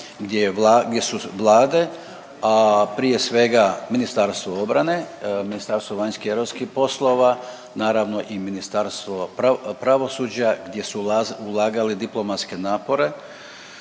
gdje su vlade, a prije svega Ministarstvo obrane, MVEP, naravno i Ministarstvo pravosuđa gdje su ulagali diplomatske napore,